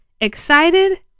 excited